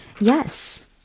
yes